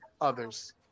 others